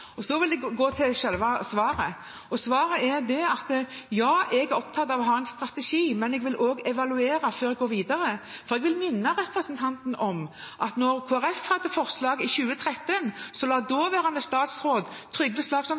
Så vil jeg gå til selve svaret, som er at jeg er opptatt av å ha en strategi. Men jeg vil også evaluere før jeg går videre. Jeg vil minne representanten om at da Kristelig Folkeparti hadde forslag i 2013, la daværende statsråd Trygve